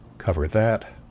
cover that,